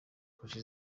kurusha